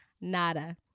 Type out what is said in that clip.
Nada